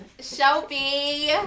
Shelby